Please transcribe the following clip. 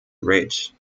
ridge